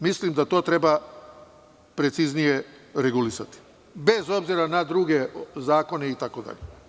Mislim, da to treba preciznije regulisati bez obzira na druge zakon itd.